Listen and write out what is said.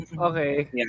Okay